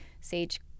SAGE